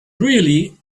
really